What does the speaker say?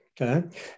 okay